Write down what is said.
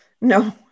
No